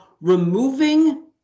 removing